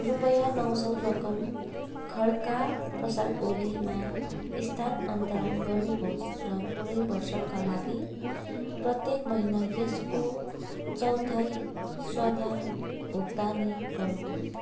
रुपियाँ नौ सय रकम खड्का प्रसाद ओलीमा स्थानान्तरण गर्नुहोस् र पूरै वर्षका लागि प्रत्येक महिना यसको चौथाइ स्वतः भुक्तानी गर्नुहोस्